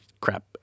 crap